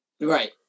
right